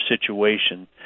situation